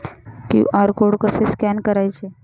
QR code कसे scan करायचे?